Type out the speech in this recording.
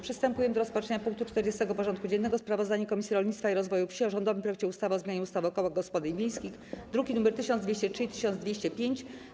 Przystępujemy do rozpatrzenia punktu 40. porządku dziennego: Sprawozdanie Komisji Rolnictwa i Rozwoju Wsi o rządowym projekcie ustawy o zmianie ustawy o kołach gospodyń wiejskich (druki nr 1203 i 1205)